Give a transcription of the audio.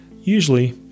usually